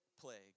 Plague